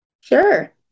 sure